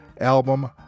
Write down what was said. album